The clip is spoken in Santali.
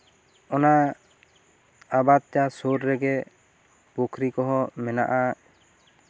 ᱚᱱᱟ ᱟᱵᱟᱫ ᱪᱟᱥ ᱥᱩᱨ ᱨᱮᱜᱮ ᱯᱩᱠᱷᱨᱤ ᱠᱚᱸᱦᱚᱸ ᱢᱮᱱᱟᱜᱼᱟ